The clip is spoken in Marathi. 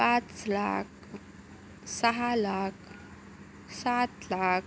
पाच लाख सहा लाख सात लाख